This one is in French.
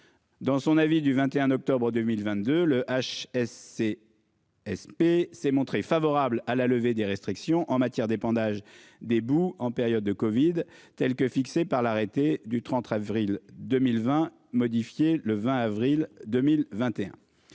Dans son avis du 21 octobre 2022 le H. S. C.. Sp s'est montré favorable à la levée des restrictions en matière d'épandage des boues. En période de Covid, telle que fixée par l'arrêté du 30 avril 2020 modifié le 20 avril 2021.